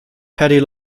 paddy